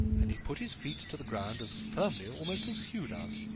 and he put his feet to the ground as firmly almost as hugh does.